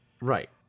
right